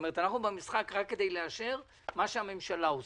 אנחנו במשחק רק כדי לאשר את מה שהממשלה עושה.